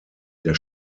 der